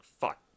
fuck